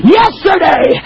yesterday